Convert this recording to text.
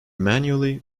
manually